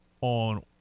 on